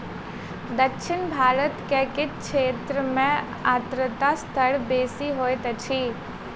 दक्षिण भारत के किछ क्षेत्र में आर्द्रता स्तर बेसी होइत अछि